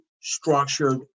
structured